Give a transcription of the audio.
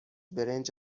برنج